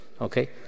Okay